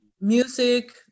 Music